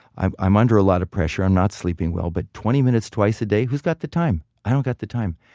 i'm i'm under a lot of pressure. i'm not sleeping well, but twenty minutes twice a day who's got the time? i don't got the time.